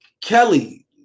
Kelly